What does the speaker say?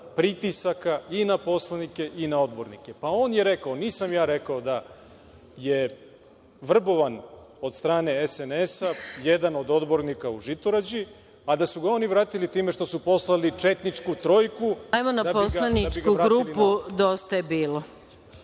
pritisaka i na poslanike i na odbornike. Pa, on je rekao, nisam ja rekao da je vrbovan od strane SNS jedna od odbornika u Žitorađi, a da su ga oni vratili time što su poslali četničku trojku… **Maja Gojković** Hajdemo